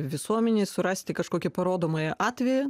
visuomenei surasti kažkokį parodomąjį atvejį